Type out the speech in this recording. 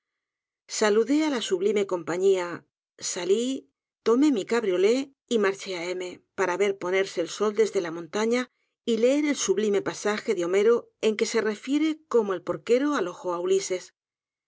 saludé á la sublime compañía salí tomé mi cabriolé y marché á m para ver ponerse el sol desde la montaña y leer el sublime pasaje de homero en que refiere cómo el porquero alojó á ulises